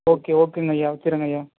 okay ஓகேங்க ஐயா வச்சிருங்க ஐயா